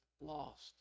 lost